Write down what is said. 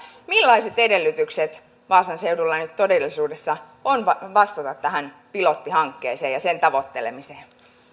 millaiset edellytykset vaasan seudulla nyt todellisuudessa on vastata tähän pilottihankkeeseen ja sen tavoittelemiseen